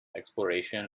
exploration